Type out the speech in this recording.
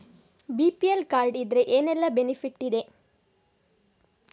BPL card ಇದ್ರೆ ಏನೆಲ್ಲ benefit ಇದೆ?